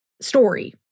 story